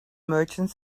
merchant